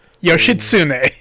Yoshitsune